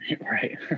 Right